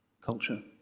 culture